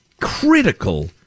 critical